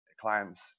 clients